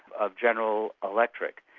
of general electric.